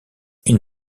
une